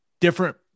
different